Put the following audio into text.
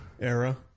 Era